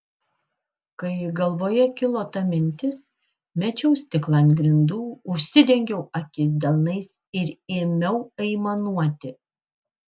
kai galvoje kilo ta mintis mečiau stiklą ant grindų užsidengiau akis delnais ir ėmiau aimanuoti